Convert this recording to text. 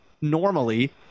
normally